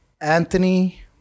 Anthony